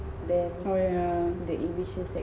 oh yeah yeah